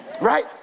Right